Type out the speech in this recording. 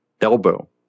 elbow